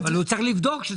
אבל הוא צריך לבדוק.